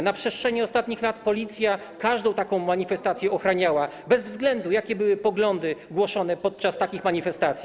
Na przestrzeni ostatnich lat Policja każdą taką manifestację ochraniała, bez względu na to, jakie były poglądy głoszone podczas takich manifestacji.